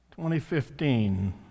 2015